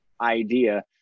idea